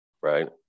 right